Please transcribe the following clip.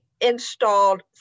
installed